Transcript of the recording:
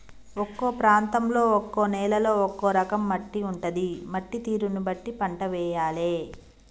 ఒక్కో ప్రాంతంలో ఒక్కో నేలలో ఒక్కో రకం మట్టి ఉంటది, మట్టి తీరును బట్టి పంట వేయాలే